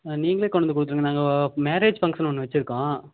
நீங்களே கொண்டு வந்து கொடுத்துருங்க நாங்கள் மேரேஜ் ஃபங்க்ஷன் ஒன்று வச்சிருக்கோம்